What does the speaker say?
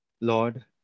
Lord